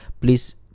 please